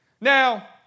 Now